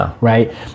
right